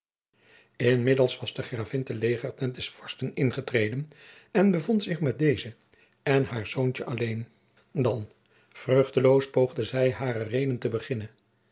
inmiddels was de gravin de legertent des vorsten ingetreden en bevond zich met dezen en haar zoontje alleen dan vruchteloos poogde zij hare reden te beginnen